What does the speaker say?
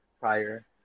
prior